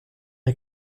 est